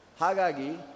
Hagagi